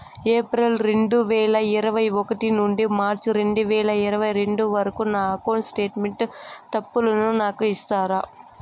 April రెండు వేల ఇరవై ఒకటి నుండి మార్చ్ రెండు వేల ఇరవై రెండు వరకు నా అకౌంట్ స్టేట్మెంట్ తప్పులను నాకు ఇస్తారా?